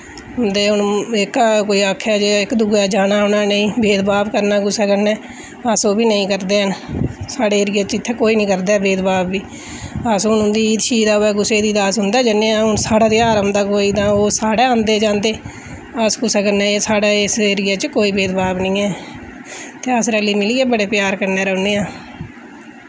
ते हुन एह्का कोई आखै जे इक दूए दे जाना औना नेईं भेदभाव करना कुसै कन्नै अस ओह् बी नेईं करदे हैन साढ़े एरिये च इत्थै कोई निं करदा भेदभाव बी अस हुन उं'दी हीखी र'वै कुसै दी ते अस उं'दे जन्ने आं हुन साढ़े घर औंदा कोई जे ओह् साढ़ै औंदे जंदे अस कुसै कन्नै साढ़ा इस एरिये च कोई भेदभाव नेईं ऐ ते अस रली मिलियै बड़े प्यार कन्नै रौह्न्ने आं